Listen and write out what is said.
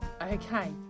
okay